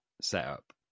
setup